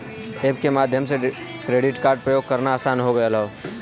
app के माध्यम से क्रेडिट कार्ड प्रयोग करना आसान हो गयल हौ